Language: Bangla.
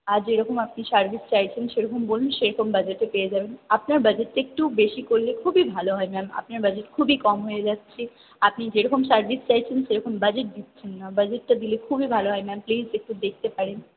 আর যেরকম আপনি সার্ভিস চাইছেন সেরকম বলুন সেরকম বাজেটে পেয়ে যাবেন আপনার বাজেটটা একটু বেশি করলে খুবই ভালো হয় ম্যাম আপনার বাজেট খুবই কম হয়ে যাচ্ছে আপনি যেরকম সার্ভিস চাইছেন সেরকম বাজেট দিচ্ছেন না বাজেটটা দিলে খুবই ভালো হয় ম্যাম প্লিজ একটু দেখতে পারেন